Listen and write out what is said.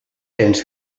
béns